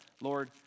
Lord